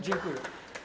Dziękuję.